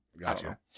Gotcha